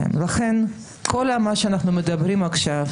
לכן כל מה שאנחנו מדברים עליו עכשיו,